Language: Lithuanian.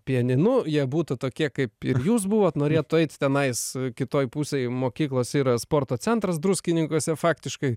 pianinu jie būtų tokie kaip ir jūs buvot norėtų eit tenais kitoj pusėj mokyklos yra sporto centras druskininkuose faktiškai